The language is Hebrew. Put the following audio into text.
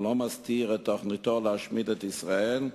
הוא לא מסתיר את תוכניתו להשמיד את ישראל,